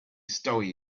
story